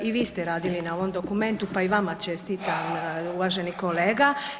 I vi ste radili na ovom dokumentu pa i vama čestitam uvaženi kolega.